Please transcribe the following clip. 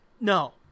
No